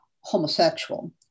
homosexual